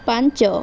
ପାଞ୍ଚ